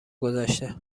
گذشته